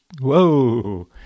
Whoa